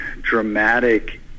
dramatic